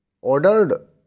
ordered